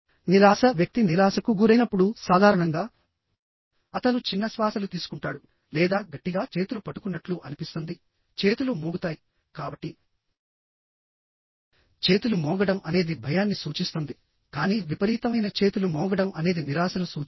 నిరాశ వ్యక్తి నిరాశకు గురైనప్పుడు సాధారణంగా అతను చిన్న శ్వాసలు తీసుకుంటాడు లేదా గట్టిగా చేతులు పట్టుకున్నట్లు అనిపిస్తుంది చేతులు మోగుతాయి కాబట్టి చేతులు మోగడం అనేది భయాన్ని సూచిస్తుంది కానీ విపరీతమైన చేతులు మోగడం అనేది నిరాశను సూచిస్తుంది